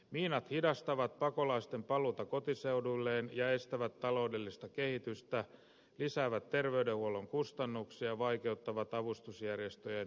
miinat hidastavat pakolaisten paluuta kotiseuduilleen ja estävät taloudellista kehitystä lisäävät terveydenhuollon kustannuksia vaikeuttavat avustusjärjestöjen työtä